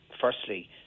firstly